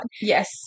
Yes